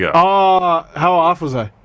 yeah ah how off was i?